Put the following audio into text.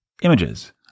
images